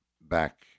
back